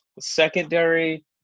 Secondary